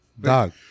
Dog